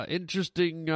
interesting